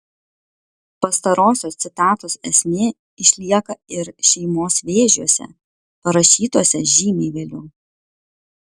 pastarosios citatos esmė išlieka ir šeimos vėžiuose parašytuose žymiai vėliau